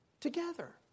together